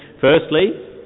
Firstly